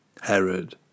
Herod